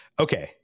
Okay